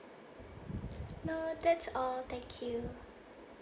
no that's all thank you